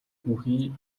бүхий